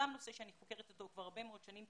גם נושא שאני חוקרת אותו כבר הרבה מאוד שנים.